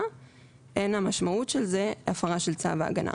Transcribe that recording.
אין המשמעות של זה הפרה של צו ההגנה.